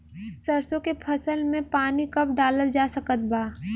सरसों के फसल में पानी कब डालल जा सकत बा?